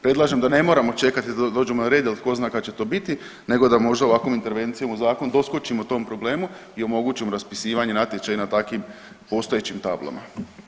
Predlažem da ne moramo čekati da dođemo na red jel tko zna kad će to biti nego da možda ovakvom intervencijom u zakon doskočimo tom problemu i omogućimo raspisivanje natječaja na takvim postojećim tablama.